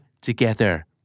together